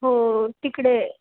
हो तिकडे